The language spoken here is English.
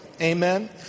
amen